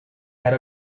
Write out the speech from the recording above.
had